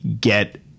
get